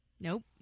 Nope